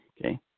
okay